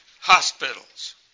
hospitals